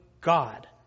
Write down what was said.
God